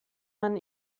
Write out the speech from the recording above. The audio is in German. man